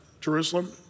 Jerusalem